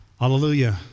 Hallelujah